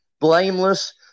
blameless